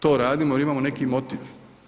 To radimo jer imamo neki motiv.